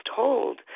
told